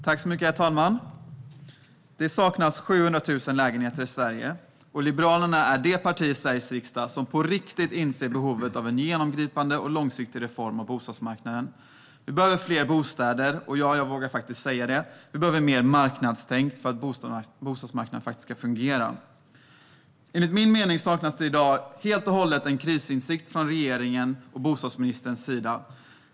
Herr talman! Det saknas 700 000 lägenheter i Sverige. Liberalerna är det parti i Sveriges riksdag som på riktigt inser behovet av en genomgripande och långsiktig reform av bostadsmarknaden. Vi behöver fler bostäder, och ja, jag vågar säga det: Vi behöver mer marknadstänk för att bostadsmarknaden ska fungera. Enligt min mening saknas i dag helt krisinsikt hos regeringen och bostadsministern.